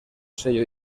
sello